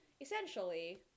essentially